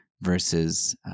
versus